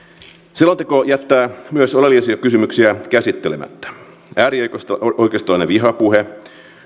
selonteko jättää oleellisia kysymyksiä käsittelemättä äärioikeistolainen vihapuhe